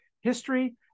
history